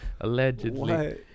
allegedly